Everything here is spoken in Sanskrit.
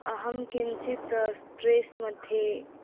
अहं किञ्चित् स्ट्रेस्मध्ये